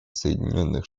соединенных